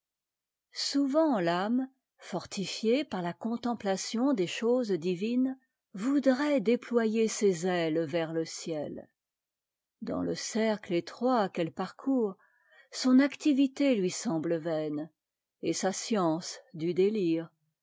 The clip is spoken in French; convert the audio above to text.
souvent famé fortifiée par la contemplation des choses divines voudrait déployer ses ailes vers le ciel dans e cercle étroit qu'elle par court son activité lui semble vaine et sa science du détire